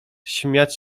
śmiać